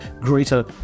greater